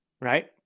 right